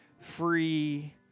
free